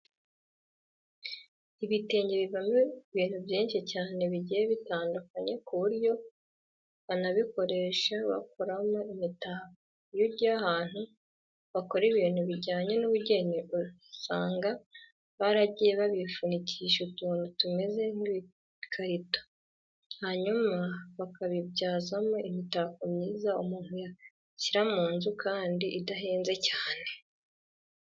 Ibitenge bivamo ibintu byinshi cyane bigiye bitandukanye ku buryo banabikoresha bakoramo imitako. Iyo ugiye ahantu bakora ibintu bijyanye n'ubugeni usanga baragiye babifunikisha utuntu tumeze nk'ibikarito, hanyuma bakabibyazamo imitako myiza umuntu yashyira mu nzu kandi idahenze cyane.